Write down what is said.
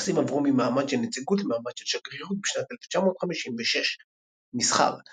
היחסים עברו ממעמד של נציגות למעמד של שגרירות בשנת 1956. מסחר